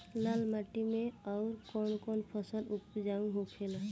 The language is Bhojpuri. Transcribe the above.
लाल माटी मे आउर कौन कौन फसल उपजाऊ होखे ला?